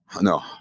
no